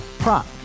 Prop